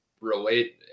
relate